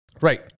Right